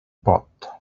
pot